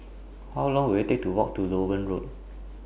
How Long Will IT Take to Walk to Loewen Road